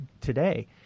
today